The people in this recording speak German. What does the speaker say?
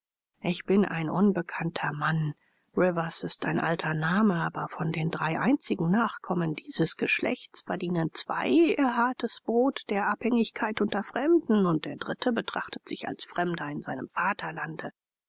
ich bin ein unbekannter mann rivers ist ein alter name aber von den drei einzigen nachkommen dieses geschlechts verdienen zwei ihr hartes brot der abhängigkeit unter fremden und der dritte betrachtet sich als fremder in seinem vaterlande